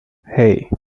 hey